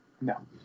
No